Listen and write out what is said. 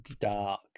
dark